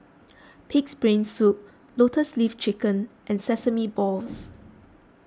Pig's Brain Soup Lotus Leaf Chicken and Sesame Balls